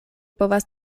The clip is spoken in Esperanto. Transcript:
povas